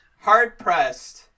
hard-pressed